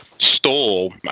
stole